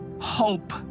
hope